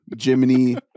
Jiminy